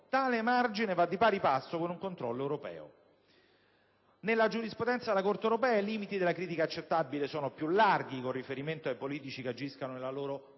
tale margine va di pari passo con un controllo europeo. Nella giurisprudenza della Corte europea «i limiti della critica accettabile sono più larghi con riferimento ai politici che agiscano nella loro pubblica